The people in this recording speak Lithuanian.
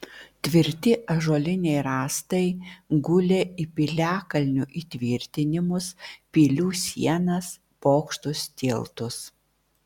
tvirti ąžuoliniai rąstai gulė į piliakalnių įtvirtinimus pilių sienas bokštus tiltus